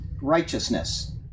righteousness